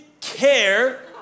care